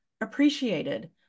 appreciated